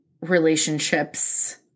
relationships